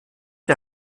der